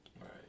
right